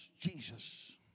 Jesus